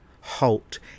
halt